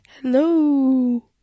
hello